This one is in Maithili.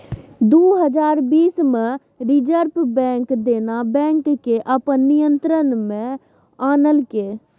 दु हजार बीस मे रिजर्ब बैंक देना बैंक केँ अपन नियंत्रण मे आनलकै